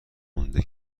مونده